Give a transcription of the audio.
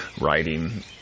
writing